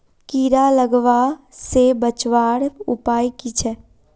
कीड़ा लगवा से बचवार उपाय की छे?